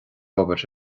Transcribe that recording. obair